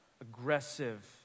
aggressive